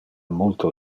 multo